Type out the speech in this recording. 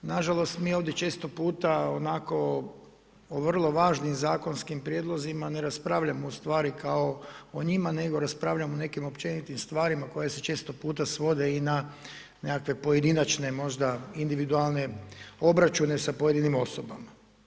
Nažalost, mi ovdje često puta, onako, o vrlo važnim zakonskim prijedlozima, ne raspravljamo ustvari kao o njima, nego raspravljamo o nekim općenitim stvarima, koje se često puta svode i na nekakve pojedinačne, možda individualne obračune sa pojedinim osobama.